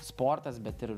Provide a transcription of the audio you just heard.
sportas bet ir